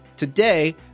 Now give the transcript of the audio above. Today